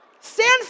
Stand